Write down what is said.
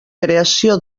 creació